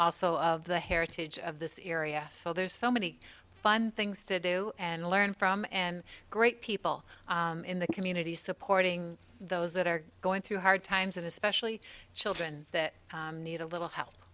also of the heritage of this area so there's so many fun things to do and learn from and great people in the community supporting those that are going through hard times and especially children that need a little help